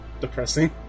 depressing